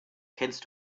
kennst